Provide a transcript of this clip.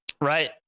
right